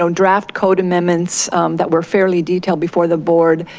draft code amendments that were fairly detailed before the board.